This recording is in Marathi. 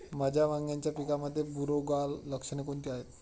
माझ्या वांग्याच्या पिकामध्ये बुरोगाल लक्षणे कोणती आहेत?